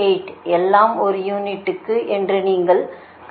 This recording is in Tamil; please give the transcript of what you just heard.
8 எல்லாம் ஒரு யூனிட்டுக்கு என்று நீங்கள் கருதுகிறீர்கள்